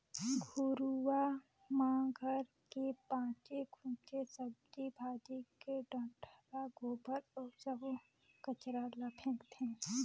घुरूवा म घर के बाचे खुचे सब्जी भाजी के डठरा, गोबर अउ सब्बो कचरा ल फेकथें